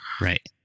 Right